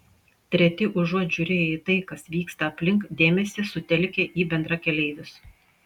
treti užuot žiūrėję į tai kas vyksta aplink dėmesį sutelkia į bendrakeleivius